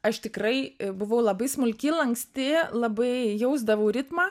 aš tikrai buvau labai smulki lanksti labai jausdavau ritmą